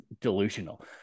delusional